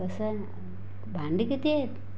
कसं आहे भांडी किती आहेत